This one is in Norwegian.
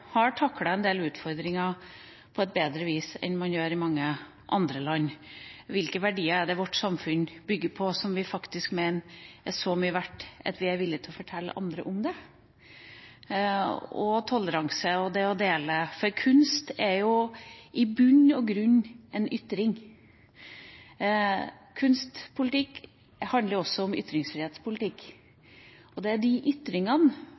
har taklet en del utfordringer på et bedre vis enn man gjør i mange andre land. Hvilke verdier er det vårt samfunn bygger på som vi faktisk mener er så mye verdt at vi er villig til å fortelle andre om det, f.eks. toleranse og det å dele? For kunst er jo i bunn og grunn en ytring. Kunstpolitikk handler også om ytringsfrihetspolitikk, og det er de ytringene